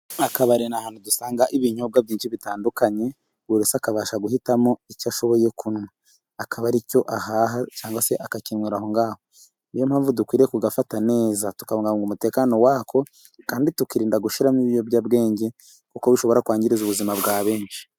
Akabari ni ahantu dusanga ibinyobwa byinshi bitandukanye, buri wese akabasha guhitamo icyo ashoboye kunywa, akaba ari cyo ahaha, cyangwa se akakinywera aho ngaho. Niyo mpamvu dukwiye kugafata neza, tukabubunga umutekano wako, kandi tukirinda gushyiramo ibiyobyabwenge, kuko bishobora kwangiza ubuzima bwa benshi.